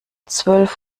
zwölf